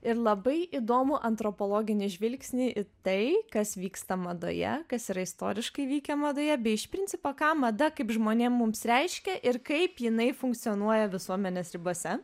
ir labai įdomų antropologinį žvilgsnį į tai kas vyksta madoje kas yra istoriškai vykę madoje bei iš principo ką mada kaip žmonija mums reiškia ir kaip jinai funkcionuoja visuomenės ribose